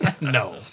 No